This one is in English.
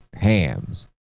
hams